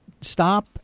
stop